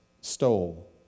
stole